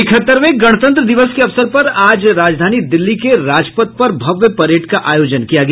इकहत्तरवें गणतंत्र दिवस के अवसर पर आज राजधानी दिल्ली के राजपथ पर भव्य परेड का आयोजन किया गया